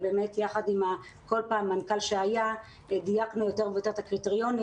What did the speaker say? ביחד עם המנכ"ל בכל פעם דייקנו יותר ויותר את הקריטריונים